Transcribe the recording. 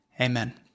Amen